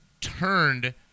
turned –